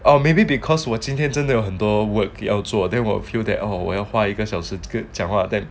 or maybe because 我今天真的有很多 work 要做 they will feel that oh 我要花一个小时 good 讲话 then